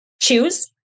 choose